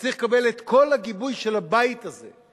שצריך לקבל את כל הגיבוי של הבית הזה,